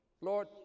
Lord